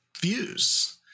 views